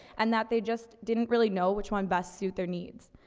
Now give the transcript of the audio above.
and that they just didn't really know which one best suit their needs.